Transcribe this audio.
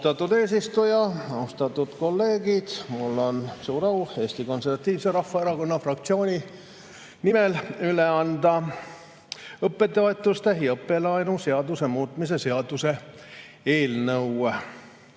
Austatud eesistuja! Austatud kolleegid! Mul on suur au Eesti Konservatiivse Rahvaerakonna fraktsiooni nimel üle anda õppetoetuste ja õppelaenu seaduse muutmise seaduse eelnõu.